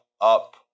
up